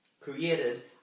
created